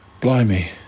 Blimey